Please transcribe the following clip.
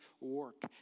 work